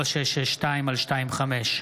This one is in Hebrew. פ/4662/25,